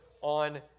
on